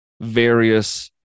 various